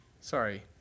Sorry